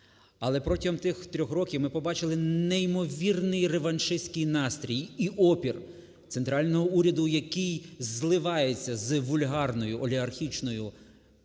Але протягом тих трьох років ми побачили неймовірний реваншистський настрій і опір центрального уряду, який зливається з вульгарною олігархічною